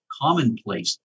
commonplace